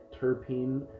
terpene